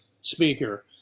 speaker